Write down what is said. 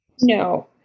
No